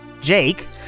Jake